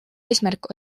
eesmärk